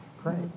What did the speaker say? Great